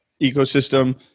ecosystem